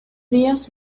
días